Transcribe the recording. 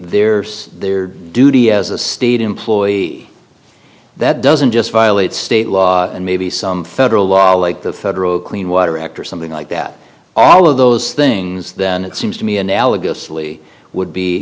their their duty as a state employee that doesn't just violate state law and maybe some federal law like the federal clean water act or something like that all of those things then it seems to me analogously would be